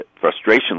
frustration